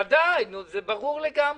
ודאי, זה ברור לגמרי.